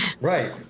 Right